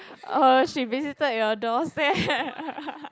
uh she visited your doorstep